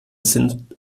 sind